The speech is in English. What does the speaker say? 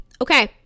okay